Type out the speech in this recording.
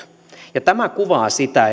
tämä kuvaa sitä